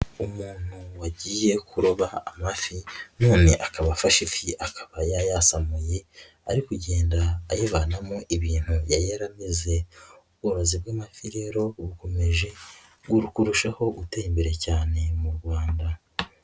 Umuntu wagiye kuroba amafi none akaba afashe ifi, akaba yayasamuye ari kugenda ayivanamo ibintu yari yaramize. Uburozi bw'amafi rero bukomeje kurushaho gutera imbere cyane mu Rwanda.